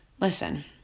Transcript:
Listen